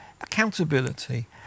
Accountability